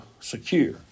secure